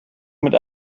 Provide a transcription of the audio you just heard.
mit